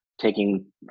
taking